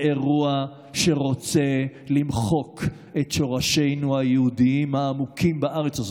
זה אירוע שרוצה למחוק את שורשינו היהודיים העמוקים בארץ הזאת.